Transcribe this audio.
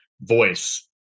voice